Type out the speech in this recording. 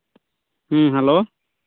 ᱦᱚᱸ ᱦᱮᱞᱳ